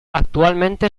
actualmente